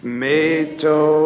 meto